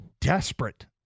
desperate